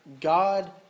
God